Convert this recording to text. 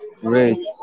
great